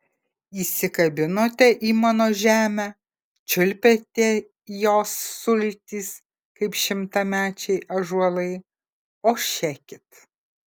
įsikabinote į mano žemę čiulpėte jos sultis kaip šimtamečiai ąžuolai o šekit